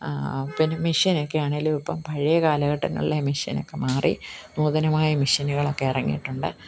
പിന്നെ മെഷീൻ ഒക്കെ ആണെങ്കിലും ഇപ്പം പഴയ കാലഘട്ടങ്ങളിലെ മെഷീൻ ഒക്കെ മാറി നൂതനമായ മെഷീനുകളൊക്കെ ഇറങ്ങിയിട്ടുണ്ട്